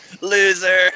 loser